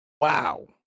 Wow